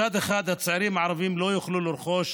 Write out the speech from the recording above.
מצד אחד, הצעירים הערבים לא יוכלו לרכוש